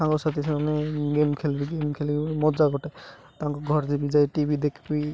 ସାଙ୍ଗ ସାଥି ସେମାନେ ଗେମ୍ ଖେଳିବି ଗେମ୍ ଖେଳିବ ମଜା ଗୋଟେ ତାଙ୍କ ଘରେ ଯେ ବି ଯାଇ ଟିଭି ଦେଖିବି